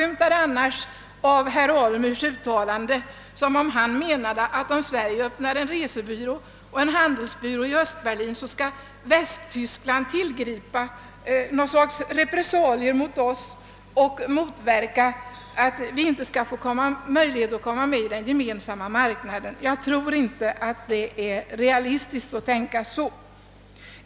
Det förefaller av herr Alemyrs uttalande som om han menar att om Sverige öppnar en resebyrå och en handelsbyrå i Östberlin, kommer Västtyskland att tillgripa något slags repressalier mot oss och motverka att vi ges möjlighet att komma med i Gemensamma marknaden. Jag tror att det är verklighetsfrämmande att tänka så.